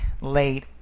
late